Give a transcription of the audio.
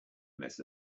mess